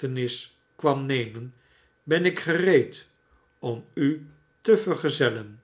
hechtenis kwam nemen ben ik gereed om u te vergezellen